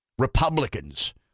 Republicans